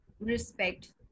respect